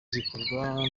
zikorwa